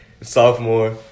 Sophomore